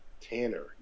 Tanner